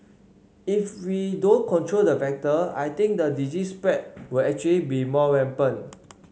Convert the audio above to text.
if we don't control the vector I think the disease spread will actually be more rampant